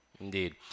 Indeed